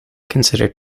considered